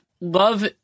love